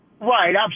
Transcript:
Right